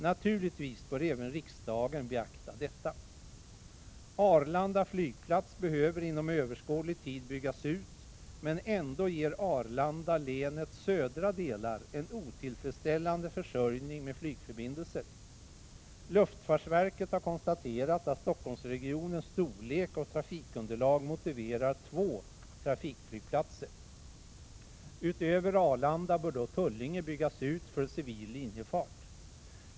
Naturligtvis bör även riksdagen beakta detta. Arlanda flygplats behöver inom överskådlig tid byggas ut, men ändå kommer Arlanda att ge länets södra delar en otillfredsställande försörjning med flygförbindelser. Luftfartsverket har konstaterat, att Stockholmsregionens storlek och trafikunderlag motiverar två trafikflygplatser. Utöver Arlanda bör då Tullinge byggas ut för civil linjefart.